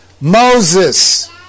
Moses